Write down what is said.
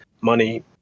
money